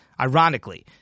ironically